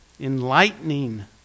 Enlightening